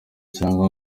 cyangwa